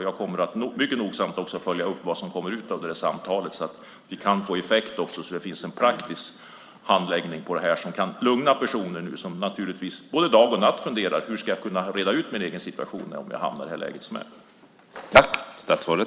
Jag kommer mycket nogsamt att följa upp vad som kommer ut av samtalet, så att det kan få effekt i en praktisk handläggning som kan lugna personer som nu naturligtvis både dag och natt funderar: Hur ska jag kunna reda ut min egen situation om jag hamnar i det här läget?